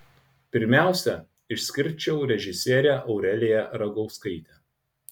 pirmiausia išskirčiau režisierę aureliją ragauskaitę